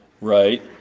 right